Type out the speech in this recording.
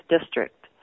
district